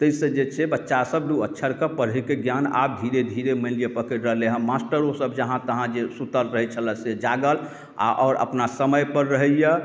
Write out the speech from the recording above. ताहि से जे छै बच्चा सभ दू अक्षरके पढ़िके ज्ञान आब धीरे धीरे मानि लिअ पकड़ि रहलै हँ मास्टरो सभ जहाँ तहाँ जे सूतल रहैत छलै से जागल आ आओर अपना समय पर रहैया